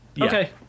Okay